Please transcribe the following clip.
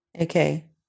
Okay